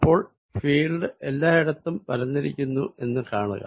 അപ്പോൾ ഫീൽഡ് എല്ലായിടത്തും പരന്നിരിക്കുന്നു എന്ന് കാണുക